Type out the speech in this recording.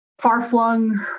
far-flung